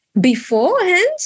beforehand